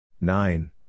nine